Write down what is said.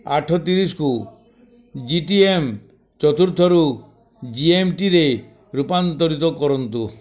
ଆଠ ତିରିଶକୁ G T M ଚତୁର୍ଥରୁ ଜିଏମ୍ଟିରେ ରୂପାନ୍ତରିତ କରନ୍ତୁ